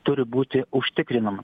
turi būti užtikrinama